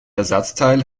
ersatzteil